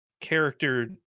character